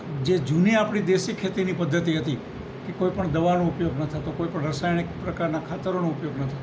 જે જૂની આપણી દેશી ખેતીની પદ્ધતિ હતી કે કોઈ પણ દવાનો ઉપયોગ ન થતો કોઈ પણ રાસાયણીક પ્રકારના ખાતરોનો ઉપયોગ ન થતો